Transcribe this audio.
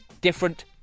different